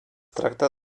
tracta